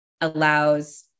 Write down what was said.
allows